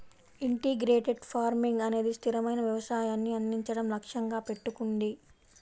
integrated farming అనేది స్థిరమైన వ్యవసాయాన్ని అందించడం లక్ష్యంగా పెట్టుకుంది